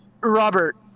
Robert